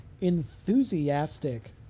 enthusiastic